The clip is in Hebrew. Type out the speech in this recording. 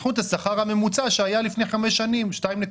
תיקחו את השכר הממוצע שהיה לפני חמש שנים,